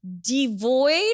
Devoid